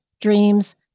dreams